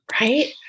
Right